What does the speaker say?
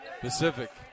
Pacific